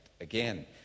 again